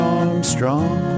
Armstrong